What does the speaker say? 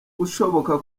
ushoboka